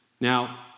Now